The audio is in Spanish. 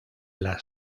las